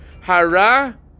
hara